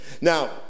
Now